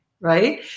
right